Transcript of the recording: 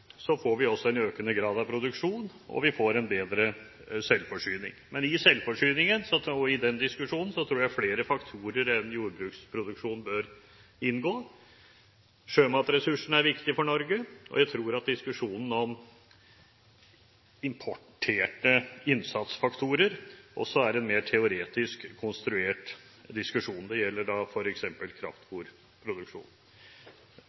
også en økende grad av produksjon, og vi får en bedre selvforsyning. Men i selvforsyningsdiskusjonen tror jeg flere faktorer enn jordbruksproduksjonen bør inngå. Sjømatressursene er viktige for Norge, og jeg tror at diskusjonen om importerte innsatsfaktorer også er en mer teoretisk konstruert diskusjon – det gjelder da